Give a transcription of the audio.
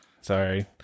Sorry